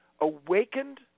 awakened